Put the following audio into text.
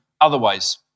otherwise